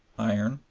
iron,